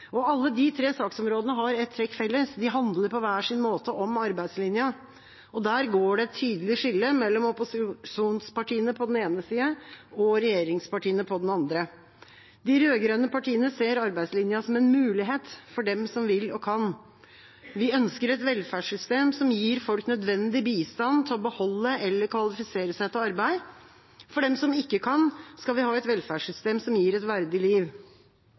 permitteringsregelverket. Alle de tre saksområdene har ett trekk felles. De handler på hver sin måte om arbeidslinja. Der går det et tydelig skille mellom opposisjonspartiene på den ene siden og regjeringspartiene på den andre. De rød-grønne partiene ser arbeidslinja som en mulighet for dem som vil og kan. Vi ønsker et velferdssystem som gir folk nødvendig bistand til å beholde eller kvalifisere seg til arbeid. For dem som ikke kan, skal vi ha et velferdssystem som gir et verdig liv.